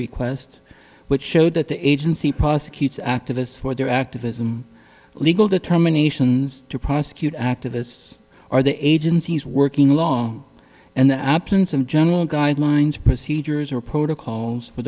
request which showed that the agency prosecutes activists for their activism legal determination to prosecute activists are the agencies working along and the absence of general guidelines procedures or protocols for